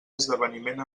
esdeveniment